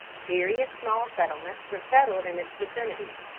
various small settlements were settled in its vicinity.